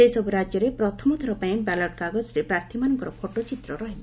ସେହିସବୁ ରାଜ୍ୟରେ ପ୍ରଥମ ଥରପାଇଁ ବ୍ୟାଲଟ୍ କାଗଜରେ ପ୍ରାର୍ଥୀମାନଙ୍କର ଫଟୋଚିତ୍ର ରହିବ